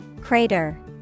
Crater